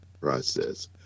process